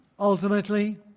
ultimately